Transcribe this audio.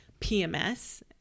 pms